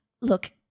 look